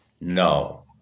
No